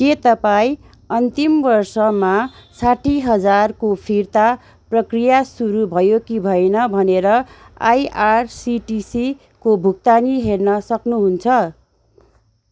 के तपाईँ अन्तिम वर्षमा साठी हजारको फिर्ता प्रक्रिया सुरु भयो कि भएन भनेर आइआरसिटिसीको भुक्तानी हेर्न सक्नुहुन्छ